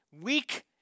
weak